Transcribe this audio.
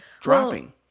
dropping